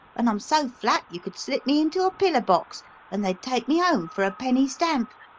and i'm so flat you could slip me into a pillar box and they'd take me home for a penny stamp.